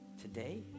today